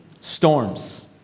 storms